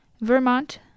Vermont